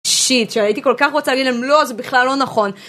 שיט שהייתי כל כך רוצה להגיד להם לא זה בכלל לא נכון